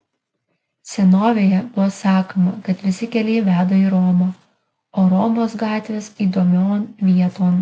senovėje buvo sakoma kad visi keliai veda į romą o romos gatvės įdomion vieton